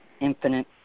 Infinite